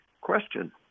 question